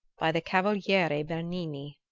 by the cavaliere bernini.